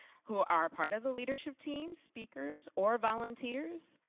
who are a part of the leadership teams, speakers or volunteers,